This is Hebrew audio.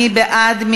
מי בעד?